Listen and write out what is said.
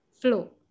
Flow